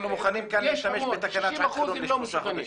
אנחנו מוכנים כאן להשתמש בתקנת שעת חירום לשלושה חודשים.